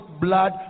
blood